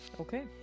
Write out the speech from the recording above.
Okay